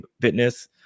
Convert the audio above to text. fitness